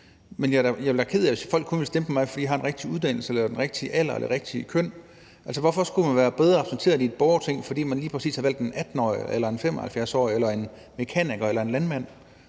Men jeg ville da være ked af det, hvis folk kun ville stemme på mig, fordi jeg har den rigtige uddannelse eller den rigtige alder eller det rigtige køn. Altså, hvorfor skulle man være bedre repræsenteret i et borgerting, fordi man lige præcis har valgt en 18-årig eller en 75-årig eller en mekaniker eller en landmand?